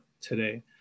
today